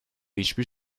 hiçbir